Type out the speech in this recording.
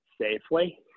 safely